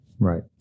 Right